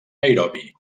nairobi